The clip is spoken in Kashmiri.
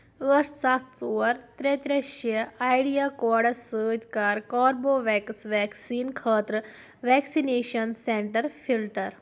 ٲٹھ سَتھ ژور ترٛےٚ ترٛےٚ شیٚے ایڑیا کوڈس سۭتۍ کر کوربوویٚکس ویکسیٖن خٲطرٕ ویکسِنیشن سینٹر فلٹر